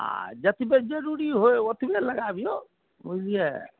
आ जतबे जरूरी होय ओतबे लगबियौ बुझलियै